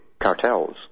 cartels